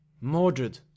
mordred